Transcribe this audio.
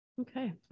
okay